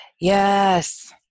Yes